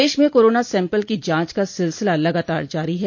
प्रदेश में corona sample की जांच का सिलसिला लगातार जारी है